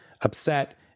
upset